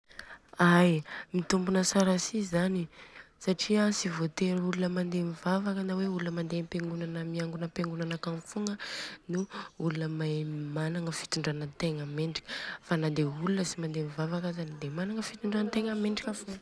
Ai, mitombona tsara si zany, satria tsy vôtery olona mandeha mivavaka na hoe olona mandeha ampengonana miangona ampengonana akagny fogna no olona mae managna fitindrantegna mendrika fa nade olona tsy mivavaka de managna fitindrantegna mendrika fogna.